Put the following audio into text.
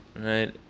right